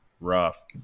rough